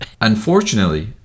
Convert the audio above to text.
Unfortunately